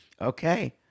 okay